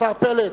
השר פלד,